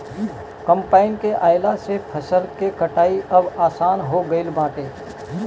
combine के आइला से फसल के कटाई अब आसान हो गईल बाटे